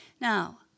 Now